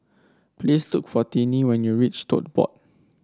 please look for Tinie when you reach Tote Board